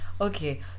Okay